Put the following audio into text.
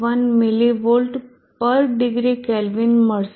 1 millivolt પર degree Kelvin મળશે